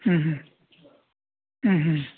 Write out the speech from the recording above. ꯎꯝ ꯎꯝ